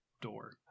door